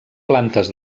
plantes